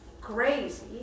crazy